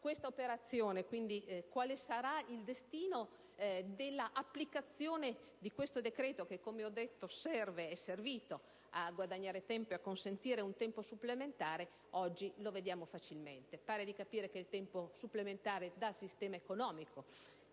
questa operazione, quindi quale sarà il destino dell'applicazione di questo decreto, che è servito a guadagnare tempo e a consentire un tempo supplementare, oggi lo vediamo facilmente. Pare di capire che il tempo supplementare non è stato colto